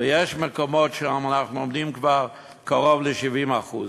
ויש מקומות שאנחנו עומדים כבר קרוב ל-70%.